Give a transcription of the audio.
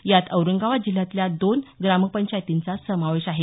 यात औरंगाबाद जिल्ह्यातल्या दोन ग्रामपंचायतींचा समावेश आहे